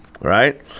Right